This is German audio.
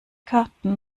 karten